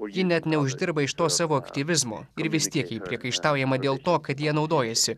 ji net neuždirba iš to savo aktyvizmo ir vis tiek jai priekaištaujama dėl to kad ja naudojasi